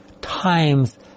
times